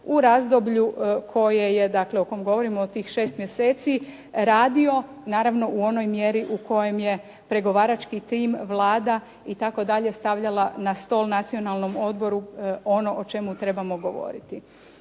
u razdoblju koje je, dakle o kom govorimo, o tih šest mjeseci, radio naravno u onoj mjeri u kojoj je pregovarački tim, Vlada itd. stavljala na stol Nacionalnom odboru ono o čemu trebamo govoriti.